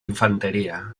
infantería